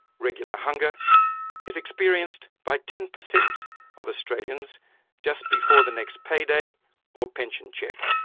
regular hunger is experienced by ten percent of australians just before the next pay day or pension cheque.